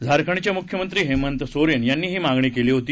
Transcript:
झारखंडचे मुख्यमंत्री हेमंत सोरेन यांनी ही मागणी केली होती